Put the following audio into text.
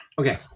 okay